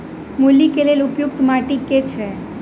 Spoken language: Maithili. मूली केँ लेल उपयुक्त माटि केँ छैय?